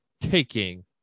taking